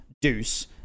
deuce